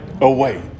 away